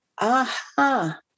aha